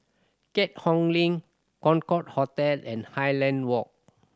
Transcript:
Keat Hong Link Concorde Hotel and Highland Walk